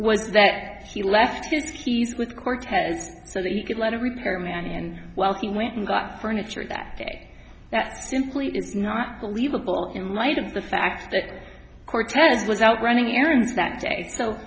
was that he left his keys with cortez so that he could lead a repairman and well he went and got furniture that day that simply did not believable in light of the fact that cortez was out running errands that day so